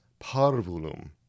parvulum